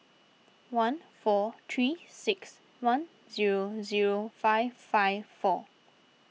one four three six one zero zero five five four